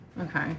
Okay